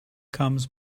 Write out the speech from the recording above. comes